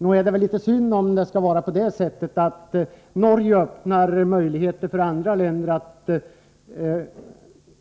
Nog är det litet synd om Norge öppnar möjligheter för andra länder att